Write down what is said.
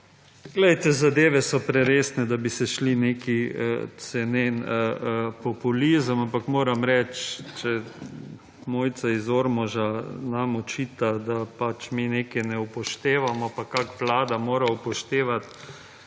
Glejte, zadeve so preresne, da bi se šli neki cenen populizem, ampak moram reči, če Mojce iz Ormoža nam očita, da mi nekaj ne upoštevamo, pa kako vlada mora upoštevati,